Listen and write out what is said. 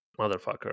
motherfucker